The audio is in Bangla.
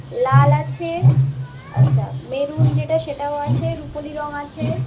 লাল আছে আচ্ছা মেরুন যেটা সেটাও আছে রুপালি রঙ আছে